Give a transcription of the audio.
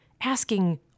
asking